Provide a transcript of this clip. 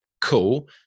cool